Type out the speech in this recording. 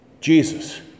Jesus